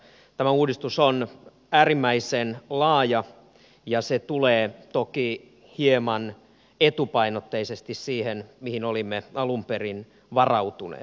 tämä uudistus on äärimmäisen laaja ja se tulee toki hieman etupainotteisesti siihen nähden mihin olimme alun perin varautuneet